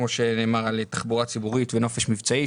כמו שנאמר על תחבורה ציבורית ונופש מבצעי,